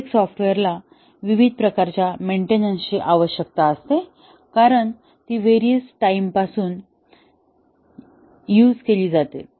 प्रत्येक सॉफ्टवेअरला विविध प्रकारच्या मेंटेनन्स ची आवश्यकता असते कारण ती व्हेरिअस टाइम पासून युझ केली जाते